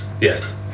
yes